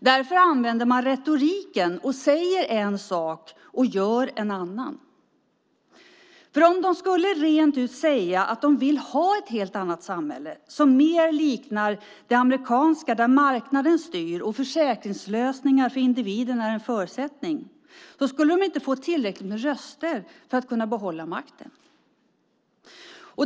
Därför använder de retoriken och säger en sak och gör en annan. Om de skulle säga rent ut att de vill ha ett helt annat samhälle, som mer liknar det amerikanska där marknaden styr och försäkringslösningar för individen är en förutsättning, skulle de inte få tillräckligt med röster för att kunna behålla makten.